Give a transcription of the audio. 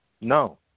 No